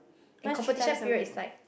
and competition period is like